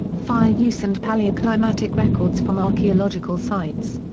fire use and palaeoclimatic records from archaeological sites.